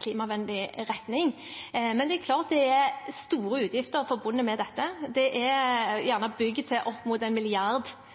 klimavennlig retning, men det er klart det er store utgifter forbundet med det. Det er